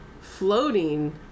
floating